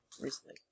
recently